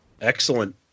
Excellent